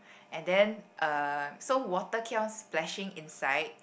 and then uh so water keep on splashing inside